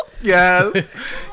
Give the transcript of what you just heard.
Yes